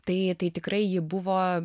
tai tai tikrai ji buvo